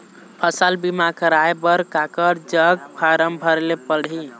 फसल बीमा कराए बर काकर जग फारम भरेले पड़ही?